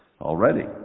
Already